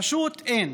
פשוט אין.